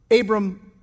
Abram